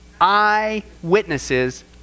Eyewitnesses